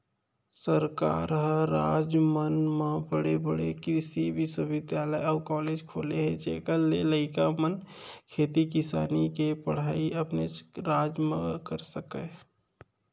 सरकार ह राज मन म बड़े बड़े कृसि बिस्वबिद्यालय अउ कॉलेज खोले हे जेखर ले लइका मन खेती किसानी के पड़हई अपनेच राज म कर सकय